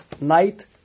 night